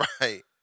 Right